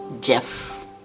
jeff